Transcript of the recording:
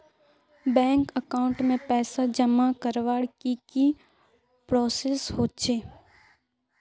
Bank account में पैसा जमा करवार की की प्रोसेस होचे?